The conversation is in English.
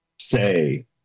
say